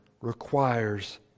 requires